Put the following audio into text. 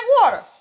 water